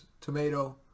tomato